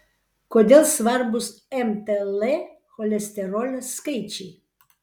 kodėl svarbūs mtl cholesterolio skaičiai